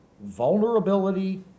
vulnerability